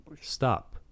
stop